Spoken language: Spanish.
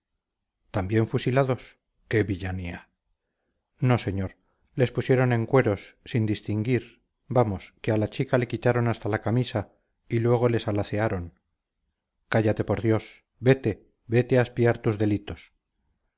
también fusilados qué villanía no señor les pusieron en cueros sin distinguir vamos que a la chica le quitaron hasta la camisa y luego les alancearon cállate por dios vete vete a expiar tus delitos